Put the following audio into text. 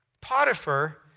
Potiphar